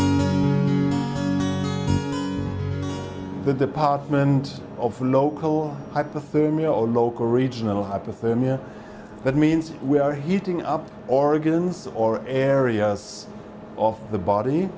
work the department of local hypothermia or local regional hypothermia that means we are heating up organs or areas of the body